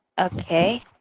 okay